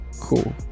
cool